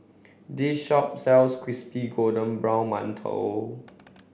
this shop sells Crispy Golden Brown Mantou